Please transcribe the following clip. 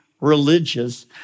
religious